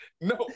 No